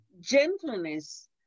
gentleness